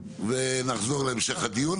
ונחזור להמשך הדיון.